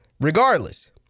regardless